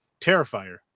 Terrifier